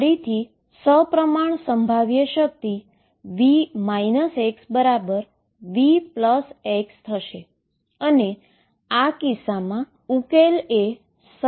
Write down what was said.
જે ∞x∞ ઈન્ટરવલમાં લેવામા આવે છે જે 1 બરાબર છે અને પછી આપણને વેવ ફંક્શન મળે છે